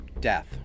death